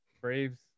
Braves